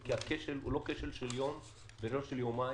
כי הכשל הוא לא של יום או של יומיים.